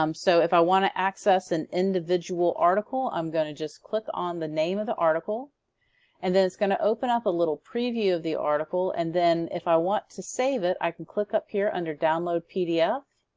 um so if i want to access an individual article, i'm going to just click on the name of the article and then it's going to open up a little preview of the article. and then if i want to save it, i can click up here under download pdf.